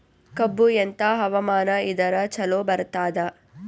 ಕಬ್ಬು ಎಂಥಾ ಹವಾಮಾನ ಇದರ ಚಲೋ ಬರತ್ತಾದ?